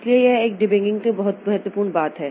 इसलिए यह डिबगिंग एक बहुत महत्वपूर्ण बात है